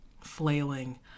flailing